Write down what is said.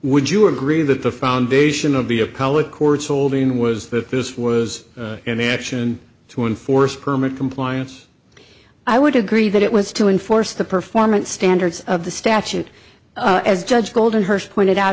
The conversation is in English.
would you agree that the foundation of the appellate court's holding was that this was an action to enforce permit compliance i would agree that it was to enforce the performance standards of the statute as judge golden hurst pointed out